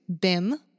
BIM